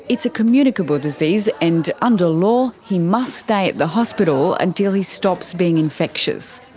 it's a communicable disease and under law he must stay at the hospital until he stops being infectious.